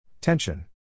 Tension